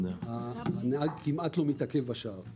הנהג כמעט לא מתעכב בשער.